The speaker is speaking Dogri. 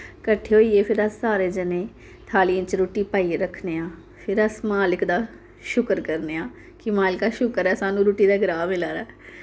कट्ठे होईयै फिर अस सारे जने थालियें च रुट्टी पाईयै रक्खने आं फिर अस मालक दा शुकर करने आं कि शुकर ऐ मालकै साह्नू रुट्टी दा ग्राह् मिला दा ऐ